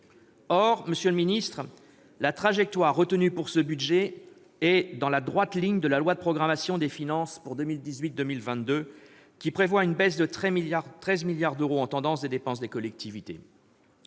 Or, monsieur le ministre, la trajectoire retenue pour ce budget est dans la droite ligne de la loi de programmation des finances publiques pour les années 2018 à 2022, qui prévoit une baisse de 13 milliards d'euros, en tendance, des dépenses des collectivités.